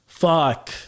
Fuck